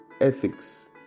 ethics